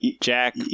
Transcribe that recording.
Jack